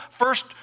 first